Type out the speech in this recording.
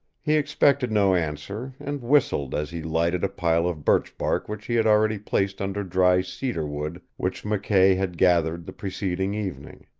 he expected no answer, and whistled as he lighted a pile of birchbark which he had already placed under dry cedar wood which mckay had gathered the preceding evening.